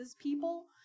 people